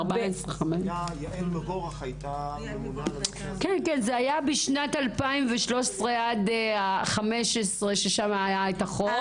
יעל מבורך הייתה ממונה על --- זה היה בשנת 2015-2013. אז היה החוק.